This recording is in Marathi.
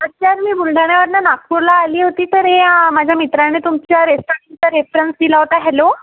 सर मी बुलढाण्यावरून नागपूरला आली होती तर या माझ्या मित्राने तुमचा रेफरन्स दिला होता हॅलो